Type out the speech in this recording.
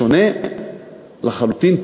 שונה לחלוטין,